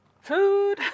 Food